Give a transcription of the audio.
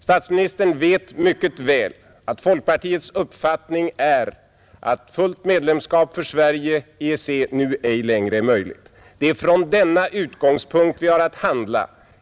Statsministern vet mycket väl att folkpartiets uppfattning är att fullt medlemskap för Sverige i EEC nu ej längre är möjligt, och det är från denna utgångspunkt vi har att handla.